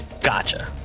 Gotcha